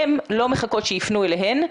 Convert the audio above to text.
הן לא מחכות שיפנו אליהן.